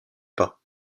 pas